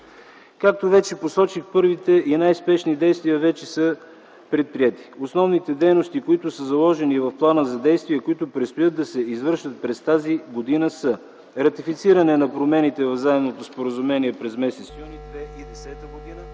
Както вече посочих, първите и най-спешни действия вече са предприети. Основните дейности, които са заложени в плана за действие, които предстоят да се извършат през тази година са: - ратифициране на промените в заемното споразумение през м.